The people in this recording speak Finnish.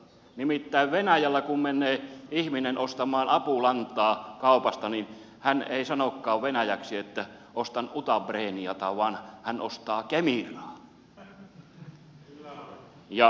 nimittäin venäjällä kun menee ihminen ostamaan apulantaa kaupasta niin hän ei sanokaan venäjäksi että ostan udobrenijeta vaan hän ostaa kemiraa